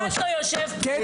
מי שאכפת לו יושב פה.